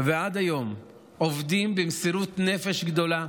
ועד היום עובדים במסירות נפש גדולה,